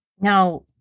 Now